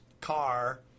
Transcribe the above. car